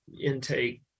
intake